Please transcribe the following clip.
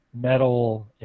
metal